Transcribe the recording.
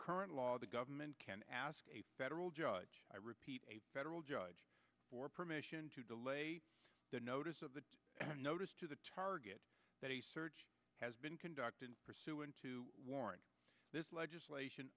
current law the government can ask a federal judge i repeat a federal judge for permission to delay the notice of the notice to the target that has been conducted pursuant to warrant this legislation